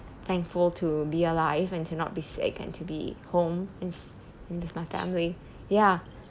thankful to be alive and to not be sick and to be home is and with my family ya